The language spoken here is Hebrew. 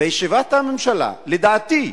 בישיבת הממשלה, לדעתי,